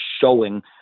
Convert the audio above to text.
showing